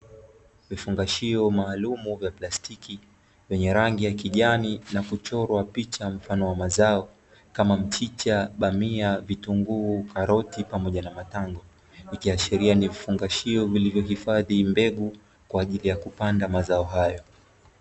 Vifungashio maalum vya plastiki, vyenye rangi ya kijani na kuchorwa picha mfano wa mazao kama mchicha, bamia, vitunguu, karoti pamoja na matango vikiashiria ni vifungashio vilivyohifadhi mbegu kwa ajili ya kupanda mazao hayo.